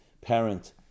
parent